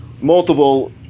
multiple